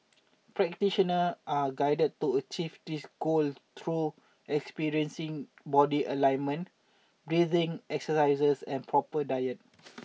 practitioner are guided to achieve this goal through experiencing body alignment breathing exercises and proper diet